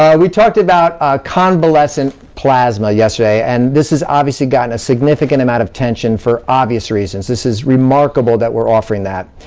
um we talked about convalescent plasma yesterday, and this has obviously gotten a significant amount of tension for obvious reasons. this is remarkable that we're offering that.